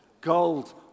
Gold